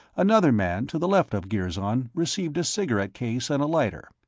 another man, to the left of girzon, received a cigarette case and lighter.